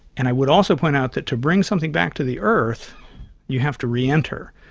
and i would also point out that to bring something back to the earth you have to re-enter.